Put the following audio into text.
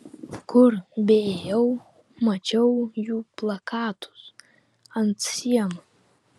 kur beėjau mačiau jų plakatus ant sienų